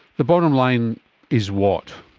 the bottom line is what?